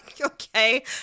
Okay